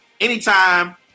Anytime